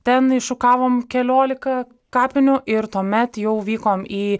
ten iššukavom kelioliką kapinių ir tuomet jau vykom į